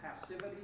passivity